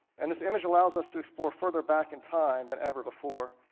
and this image allows us to explore further back in time than ever before.